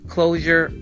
Closure